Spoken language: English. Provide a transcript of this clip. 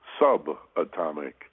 subatomic